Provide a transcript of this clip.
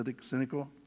cynical